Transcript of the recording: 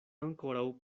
ankoraŭ